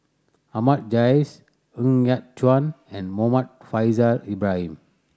Ahmad Jais Ng Yat Chuan and Muhammad Faishal Ibrahim